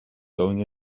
going